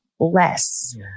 less